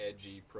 edgy